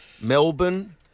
Melbourne